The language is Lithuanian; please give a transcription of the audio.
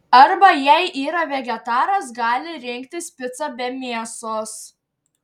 arba jei yra vegetaras gali rinktis picą be mėsos